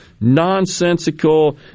nonsensical